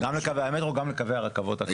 גם לקווי המטרו וגם לקווי הרכבות הכבדות.